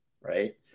right